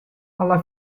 alla